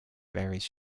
varies